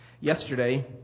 yesterday